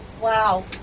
Wow